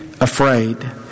afraid